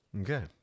Okay